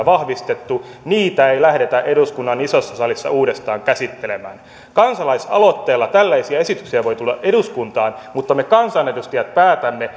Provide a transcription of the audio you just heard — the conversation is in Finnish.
vahvistettu niitä ei lähdetä eduskunnan isossa salissa uudestaan käsittelemään kansalaisaloitteella tällaisia esityksiä voi tulla eduskuntaan mutta me kansanedustajat päätämme